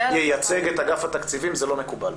ייצג את אגף התקציבים זה לא מקובל.